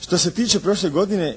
Što se tiče prošle godine